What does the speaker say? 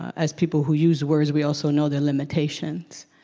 as people who use words, we also know their limitations.